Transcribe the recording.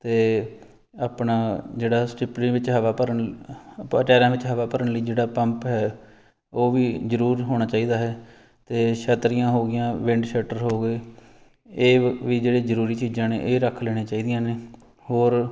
ਅਤੇ ਆਪਣਾ ਜਿਹੜਾ ਸਟਿਪਣੀ ਵਿੱਚ ਹਵਾ ਭਰਨ ਟਾਇਰਾਂ ਵਿੱਚ ਹਵਾ ਭਰਨ ਲਈ ਜਿਹੜਾ ਪੰਪ ਹੈ ਉਹ ਵੀ ਜ਼ਰੂਰ ਹੋਣਾ ਚਾਹੀਦਾ ਹੈ ਅਤੇ ਛਤਰੀਆਂ ਹੋ ਗਈਆਂ ਵਿੰਡ ਸ਼ਟਰ ਹੋ ਗਏ ਇਹ ਵ ਵੀ ਜਿਹੜੇ ਜ਼ਰੂਰੀ ਚੀਜ਼ਾਂ ਨੇ ਇਹ ਰੱਖ ਲੈਣੇ ਚਾਹੀਦੀਆਂ ਨੇ ਹੋਰ